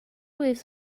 waves